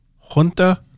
Junta